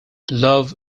love